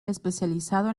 especializado